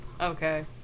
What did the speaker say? okay